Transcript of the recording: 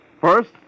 First